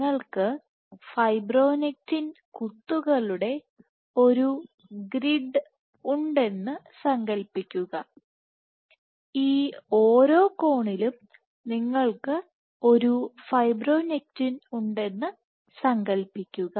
നിങ്ങൾക്ക് ഫൈബ്രോനെക്റ്റിൻ കുത്തുകളുടെ ഒരു ഗ്രിഡ് ഉണ്ടെന്ന് സങ്കൽപ്പിക്കുക ഈ ഓരോ കോണിലും നിങ്ങൾക്ക് ഒരു ഫൈബ്രോനെക്റ്റിൻ ഉണ്ടെന്ന് സങ്കൽപ്പിക്കുക